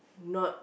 not